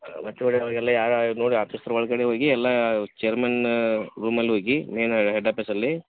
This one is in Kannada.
ಮತ್ತು ನೋಡಿ ಅವರಿಗೆಲ್ಲ ಯಾವ್ಯಾವ ಇದು ನೋಡಿ ಆಫೀಸಿನ ಒಳಗಡೆ ಹೋಗಿ ಎಲ್ಲಾ ಚೇರ್ಮೆನ್ ರೂಮಲ್ಲಿ ಹೋಗಿ ಮೇನ್ ಹೆಡ್ ಆಫೀಸಲ್ಲಿ